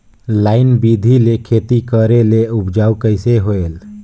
Line बिधी ले खेती करेले उपजाऊ कइसे होयल?